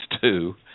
two